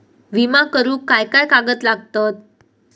विमा करुक काय काय कागद लागतत?